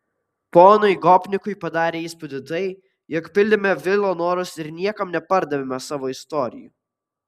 ponui gopnikui padarė įspūdį tai jog pildėme vilo norus ir niekam nepardavėme savo istorijų